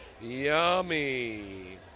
Yummy